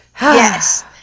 Yes